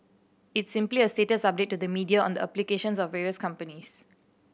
it's simply a status update to the media on the applications of various companies